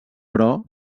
però